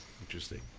Interesting